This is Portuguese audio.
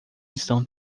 estão